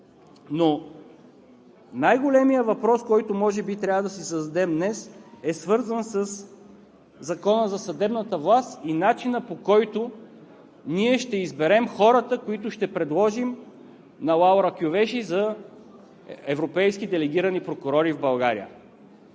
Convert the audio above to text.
Но най-големият въпрос, който може да си зададем днес, е свързан със Закона за съдебната власт и начина, по който ние ще изберем хората, които ще предложим на Лаура Кьовеши за европейски делегирани прокурори в България.